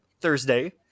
Thursday